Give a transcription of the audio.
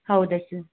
ಹೌದ ಸರ್